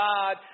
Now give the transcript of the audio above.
God